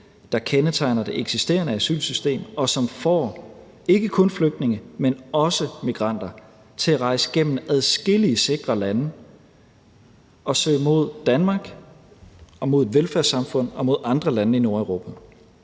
der kendetegner det eksisterende asylsystem, og som får ikke kun flygtninge, men også migranter til at rejse gennem adskillige sikre lande og søge imod Danmark og imod velfærdssamfund og andre lande i Nordeuropa.